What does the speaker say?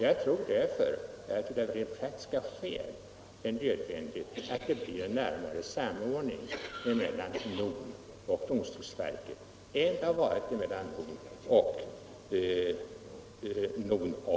Jag tror därför att det av rent praktiska skäl är nödvändigt att det blir en närmare samordning mellan NON och domstolsverket än det varit mellan NON.